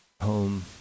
home